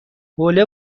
حوله